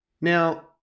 Now